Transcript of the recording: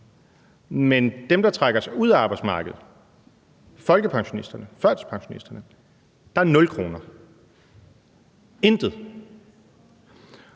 til dem, der trækker sig ud af arbejdsmarkedet, folkepensionisterne og førtidspensionisterne, er der nul kroner – intet.